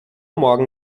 morgen